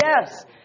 yes